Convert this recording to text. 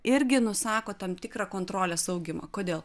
irgi nusako tam tikrą kontrolės augimą kodėl